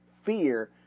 fear